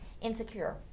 Insecure